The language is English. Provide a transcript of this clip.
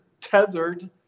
tethered